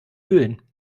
kühlen